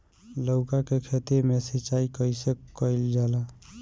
लउका के खेत मे सिचाई कईसे कइल जाला?